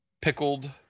pickled